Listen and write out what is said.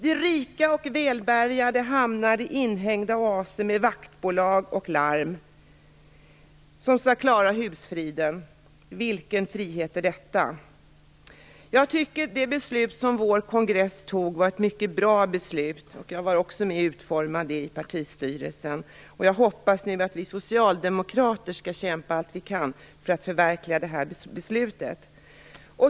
De rika och välbärgade hamnar i inhägnade oaser med vaktbolag och larm som skall klara husfriden. Vilken frihet är detta? Jag tycker att det beslut om vår kongress fattade var ett mycket bra beslut. Jag var också med och utformade det i partistyrelsen. Jag hoppas nu att vi socialdemokrater skall kämpa allt vi kan för att förverkliga beslutet.